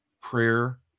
prayer